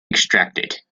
extracted